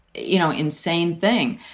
you know, insane thing,